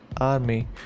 army